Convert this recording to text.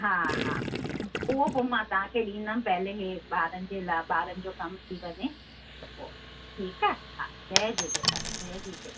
हा हा पोइ पोइ मां तव्हांखे ॾींदमि पहिले इहे ॿारनि जे लाइ ॿारनि जो कमु थी वञे त पोइ ठीकु आहे हा जय झूलेलाल जय झूले